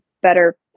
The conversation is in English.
better